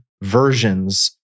versions